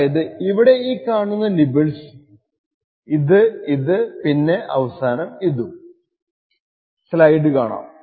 അതായത് ഇവിടെ ഈ കാണുന്ന നിബ്ബ്ൾസ് ഇത് ഇത് പിന്നെ അവസാനം ഇതും